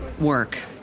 work